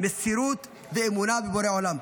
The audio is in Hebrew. מסירות ואמונה בבורא עולם.